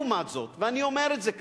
ולעומת זאת, ואני אומר את זה כאן,